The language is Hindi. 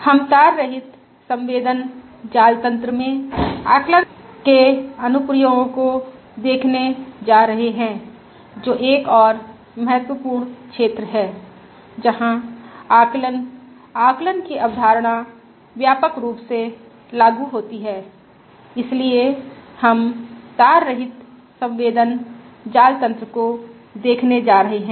हम तार रहित संवेदन जाल तन्त्र में आकलन सिद्धांत के अनुप्रयोगों को देखने जा रहे हैं जो एक और महत्वपूर्ण क्षेत्र है जहां आकलन आकलन की अवधारणा व्यापक रूप से लागू होती है इसलिए हम तार रहित संवेदन जाल तन्त्र को देखने जा रहे हैं